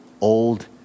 old